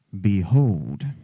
behold